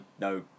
no